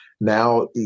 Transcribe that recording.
now